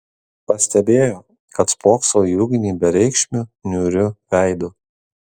pastebėjo kad spokso į ugnį bereikšmiu niūriu veidu